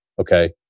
Okay